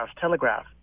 Telegraph